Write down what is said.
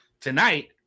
tonight